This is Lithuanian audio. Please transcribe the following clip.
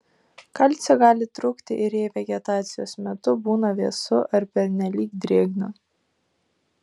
kalcio gali trūkti ir jei vegetacijos metu būna vėsu ar pernelyg drėgna